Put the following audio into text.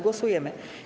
Głosujemy.